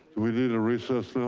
we need a recess now?